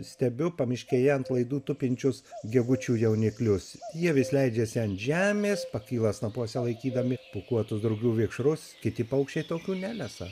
stebiu pamiškėje ant laidų tupinčius gegučių jauniklius jie vis leidžiasi ant žemės pakyla snapuose laikydami pūkuotus drugių vikšrus kiti paukščiai tokių nelesa